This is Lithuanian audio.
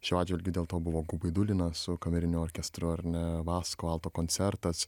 šiuo atžvilgiu dėl to buvo gubaidulina su kameriniu orkestru ar ne vasko alto koncertas